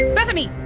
Bethany